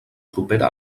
propera